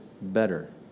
better